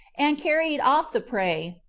and carried off the prey,